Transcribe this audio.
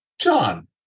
John